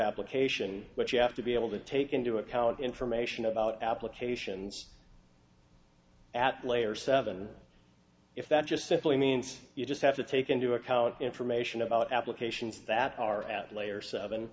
application but you have to be able to take into account information about applications at layer seven if that just simply means you just have to take into account information about applications that are at layer seven